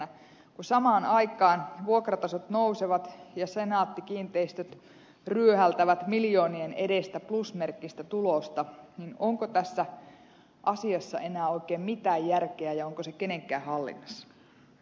kun samaan aikaan vuokratasot nousevat ja senaatti kiinteistöt ryöhältävät miljoonien edestä plusmerkkistä tulosta niin onko tässä asiassa enää oikein mitään järkeä ja onko se kenenkään hallinnassa